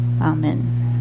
Amen